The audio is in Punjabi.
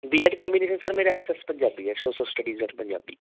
ਬੀ ਐਡ ਕੋਮਬੀਨੈਸ਼ਨ ਸਰ ਮੇਰਾ ਐਸ ਐਸ ਪੰਜਾਬੀ ਹੈ ਸੋਸਲ ਸਟੇਡੀ ਐਟ ਪੰਜਾਬੀ